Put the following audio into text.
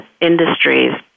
industries